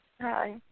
Hi